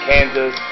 Kansas